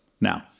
Now